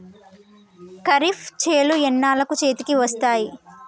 ఖరీఫ్ చేలు ఎన్నాళ్ళకు చేతికి వస్తాయి?